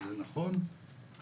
וזה נכון.